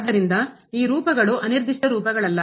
ಆದ್ದರಿಂದ ಈ ರೂಪಗಳು ಅನಿರ್ದಿಷ್ಟ ರೂಪಗಳಲ್ಲ